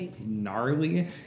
gnarly